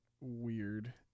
weird